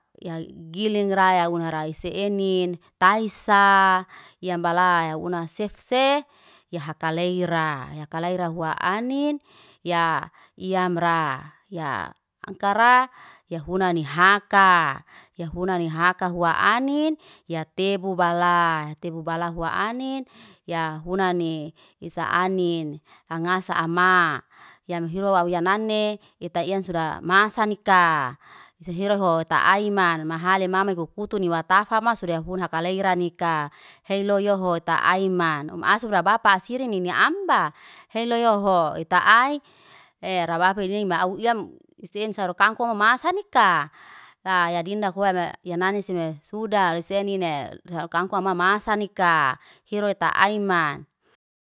Ya giling raya una rai se enin, taisa ya ambala una sef see, ya hakaleira. Ya hukalaira hua anin, ya yam ra, ya angkara ya huna ni haka. Ya huna ni haka hua anin, ya tebu balaa. Tebu bala hua anin, ya huna ni isa anin hanga sa ama. Ya muhiro wawi ya nane, ita iyan suda masa nika, sisiro ho ta aima mahale mamai kukutuni watamaf suda huna hakalai ranika. Heloy yo ho ta aiman, om asru bapasiri nini ambaa. Heloy ho ita ai, era bafi ni ma au iyam, esensaro kangkungo masaa nika. Kaya ya dindak weme, yanani seme suda lesenin ne hayur kangkunga mamasa nika, hiro'o taiman.